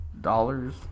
dollars